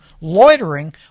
loitering